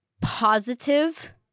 positive